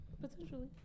Potentially